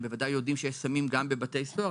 הם בוודאי יודעים שיש סמים גם בבתי סוהר,